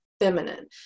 feminine